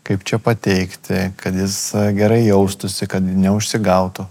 kaip čia pateikti kad jis gerai jaustųsi kad neužsigautų